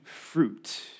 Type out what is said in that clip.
fruit